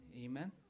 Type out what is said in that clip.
amen